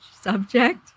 subject